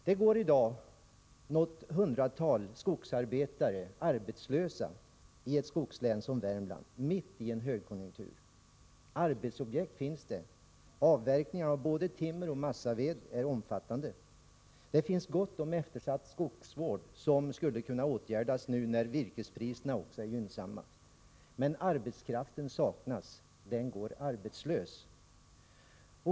Det går i dag mitt i en högkonjunktur något hundratal skogsarbetare arbetslösa i ett skogslän som Värmland. Arbetsobjekt finns det. Avverkningarna av både timmer och massaved är omfattande. Skogsvården är på många håll eftersatt, vilket skulle kunna åtgärdas nu när virkespriserna också är gynnsamma. Men arbetskraften saknas. Den går arbetslös!